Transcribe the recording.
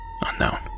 Unknown